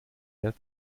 der